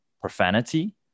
profanity